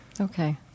Okay